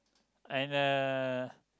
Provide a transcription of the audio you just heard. and uh